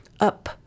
up